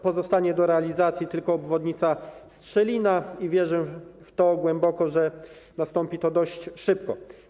Pozostanie do realizacji tylko obwodnica Strzelina i wierzę głęboko, że nastąpi to dość szybko.